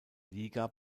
liga